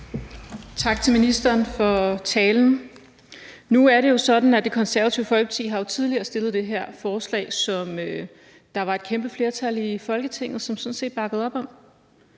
Tak til ministeren for talen. Nu er det jo sådan, at Det Konservative Folkeparti tidligere har fremsat det her forslag, som der var et kæmpe flertal i Folketinget der sådan set bakkede op om.